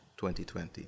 2020